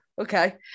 okay